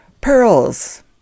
pearls